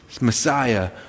Messiah